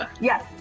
yes